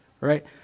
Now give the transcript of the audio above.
right